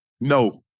No